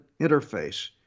interface